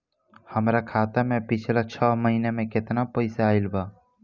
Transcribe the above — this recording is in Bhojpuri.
हमरा खाता मे पिछला छह महीना मे केतना पैसा आईल बा?